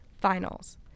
finals